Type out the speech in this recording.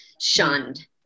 shunned